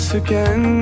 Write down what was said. again